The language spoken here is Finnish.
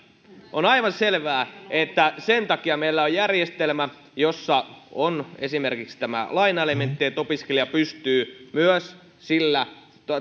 on aivan selvää että sen takia meillä on järjestelmä jossa on esimerkiksi tämä lainaelementti opiskelija pystyy myös sillä